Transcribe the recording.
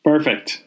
Perfect